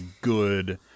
good